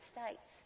States